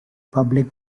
public